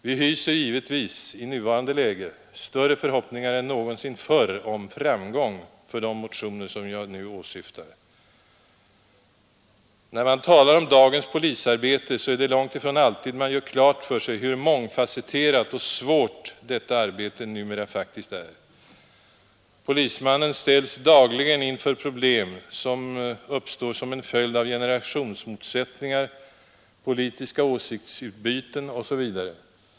Vi hyser givetvis i nuvarande läge större förhoppningar än någonsin förr om framgång för de motioner jag nu åsyftar. När man talar om dagens polisarbete är det långt ifrån alltid man gör klart för sig hur mångfasetterat och direkt svårt detta arbete numera faktiskt är. Polismannen ställs dagligen inför problem som uppstår som följd av generationsmotsättningar, politiska åsiktsutbyten etc.